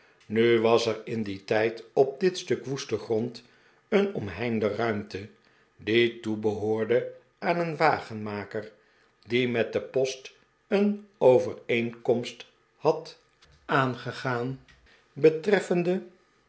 nu was er in dien tijd op dit stuk woesten grond een omheinde ruinate die toebehoorde aan een wagenmaker die met de post een overeenkomst had aangegaan betreffende